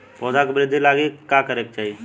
पौधों की वृद्धि के लागी का करे के चाहीं?